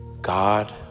God